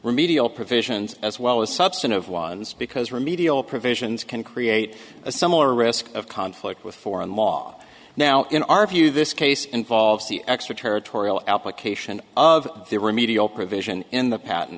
remedial provisions as well as substantive ones because remedial provisions can create a similar risk of conflict with foreign law now in our view this case involves the extraterritorial application of the remedial provision in the patent